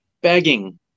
begging